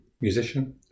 musician